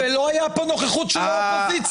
ולא הייתה נוכחות של האופוזיציה.